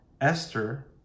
Esther